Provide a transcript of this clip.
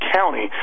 County